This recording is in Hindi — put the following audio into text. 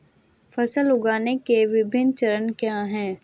फसल उगाने के विभिन्न चरण क्या हैं?